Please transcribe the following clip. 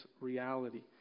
reality